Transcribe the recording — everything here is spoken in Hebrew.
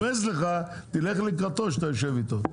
הוא רומז לך שתלך לקראתו כשאתה יושב איתו.